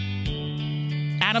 Adam